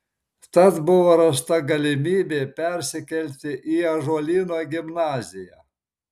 tad buvo rasta galimybė persikelti į ąžuolyno gimnaziją